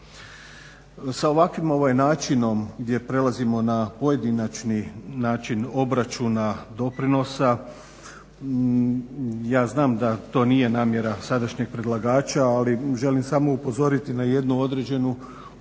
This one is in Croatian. Sa ovakvim načinom gdje prelazimo na pojedinačni način obračuna doprinosa ja znam da to nije namjera sadašnjeg predlagača, ali želim samo upozoriti na jednu određenu opasnost